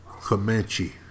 Comanche